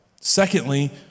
Secondly